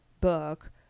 book